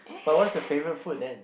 but what was the favourite food then